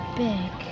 big